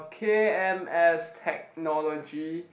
k_m_s Technology